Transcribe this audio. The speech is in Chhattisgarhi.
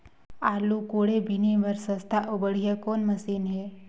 आलू कोड़े बीने बर सस्ता अउ बढ़िया कौन मशीन हे?